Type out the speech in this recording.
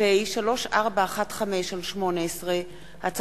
פ/3415/18 וכלה בהצעת חוק פ/3437/18,